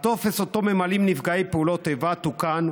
הטופס שאותו ממלאים נפגעי פעולות איבה תוקן,